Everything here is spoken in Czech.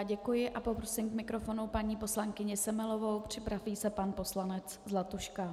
Děkuji a poprosím k mikrofonu paní poslankyni Semelovou, připraví se pan poslanec Zlatuška .